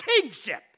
kingship